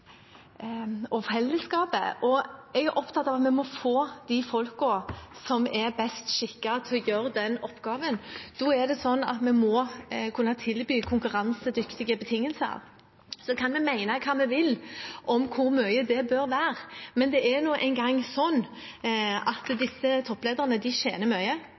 jeg er opptatt av at vi må få de folkene som er best skikket, til å gjøre den oppgaven. Da må vi kunne tilby konkurransedyktige betingelser. Så kan vi mene hva vi vil om hvor mye det bør være, men det er nå engang slik at disse topplederne tjener mye